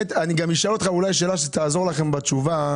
אשאל אותך אולי שאלה שתעזור לכם בתשובה.